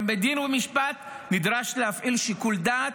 גם בדין ומשפט נדרש להפעיל שיקול דעת.